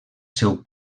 seu